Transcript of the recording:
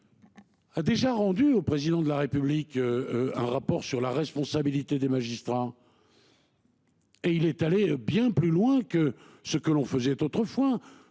Ah déjà rendu au président de la République. Un rapport sur la responsabilité des magistrats. Et il est allé bien plus loin que ce que l'on faisait autrefois